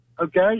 Okay